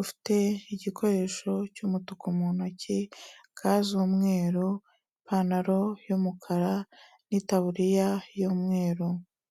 ufite igikoresho cy'umutuku mu ntoki, ga z'umweru, ipantaro y'umukara n'itaburiya y'umweru.